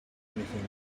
anything